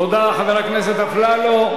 תודה, חבר הכנסת אפללו.